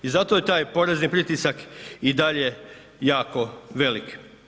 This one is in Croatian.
I zato je taj porezni pritisak i dalje jako velik.